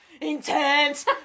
intense